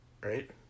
right